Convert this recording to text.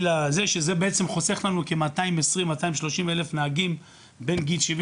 שזה חוסך לנו כ-230,000-220,000 נהגים בין גיל 70